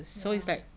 ya